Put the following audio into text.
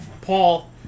Paul